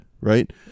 right